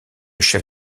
chef